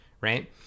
right